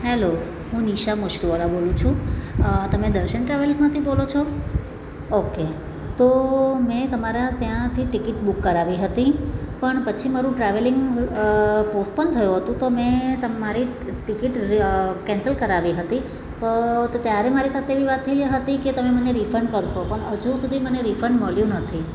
hello હું નિશા મશરૂવાલા બોલું છું તમે દર્શન ટ્રાવેલ્સમાંથી બોલો છો ઓકે તો મેં તમારા ત્યાંથી ટિકિટ બુક કરાવી હતી પણ પછી મારું ટ્રાવેલિંગ પોસપોન થયું હતું તો મેં તમારી ટિકિટ કેન્સલ કરાવી હતી તો ત્યારે મારી સાથે એવી વાત થઈ હતી કે તમે મને રિફંડ કરશો પણ હજુ સુધી મને રિફંડ મળ્યું નથી